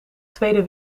tweede